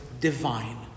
divine